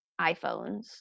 iPhones